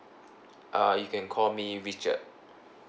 uh you can call me richard